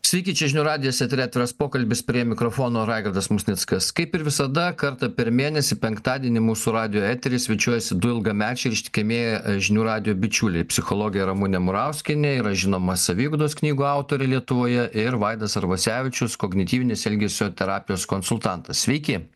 sveiki čia žinių radijas etery atviras pokalbis prie mikrofono raigardas musnickas kaip ir visada kartą per mėnesį penktadienį mūsų radijo etery svečiuojasi du ilgamečiai ištikimi žinių radijo bičiuliai psichologė ramunė murauskienė yra žinoma saviugdos knygų autorė lietuvoje ir vaidas arvasevičius kognityvinės elgesio terapijos konsultantas sveiki